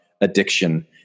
addiction